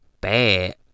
bad